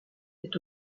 est